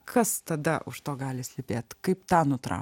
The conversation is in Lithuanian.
kas tada už to gali slypėt kaip tą nutraukt